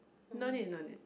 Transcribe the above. no need no need